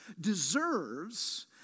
deserves